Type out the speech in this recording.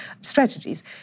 strategies